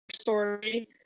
story